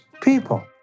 people